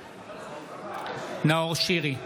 בעד נאור שירי,